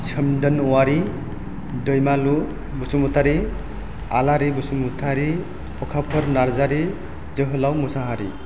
सोमदोन अवारि दैमालु बसुमतारी आलारि बसुमतारी अखाफोर नार्जारि जोहोलाव मुसाहारि